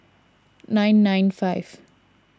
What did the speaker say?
nine nine five